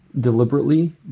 deliberately